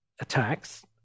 attacks